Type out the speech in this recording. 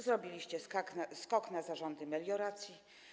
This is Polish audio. Zrobiliście skok na zarządy melioracji.